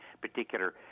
particular